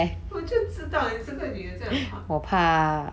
我就知道你这个你也是很怕